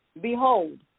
Behold